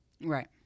right